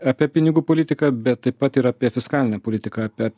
apie pinigų politiką bet taip pat ir apie fiskalinę politiką apie